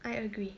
I agree